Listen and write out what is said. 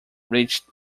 reached